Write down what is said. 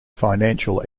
financial